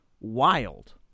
wild